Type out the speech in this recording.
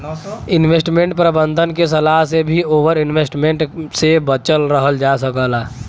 investment प्रबंधक के सलाह से भी ओवर इन्वेस्टमेंट से बचल रहल जा सकला